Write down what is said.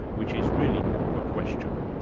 which is really more of a question.